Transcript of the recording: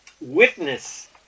witness